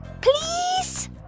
please